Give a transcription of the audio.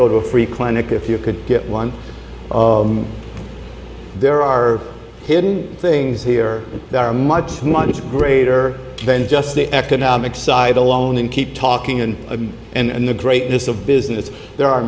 go to a free clinic if you could get one of them there are hidden things here that are much much greater than just the economic side alone and keep talking and and the greatness of business there are